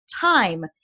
time